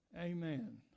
Amen